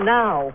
now